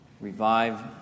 Revive